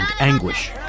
anguish